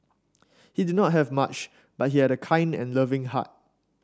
he did not have much but he had a kind and loving heart